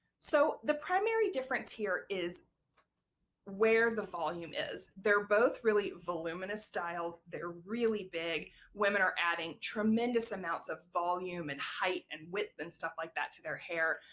so the primary difference here is where the volume is. they're both really voluminous styles. they're really big, and women are adding tremendous amounts of volume and height and width and stuff like that to their hair,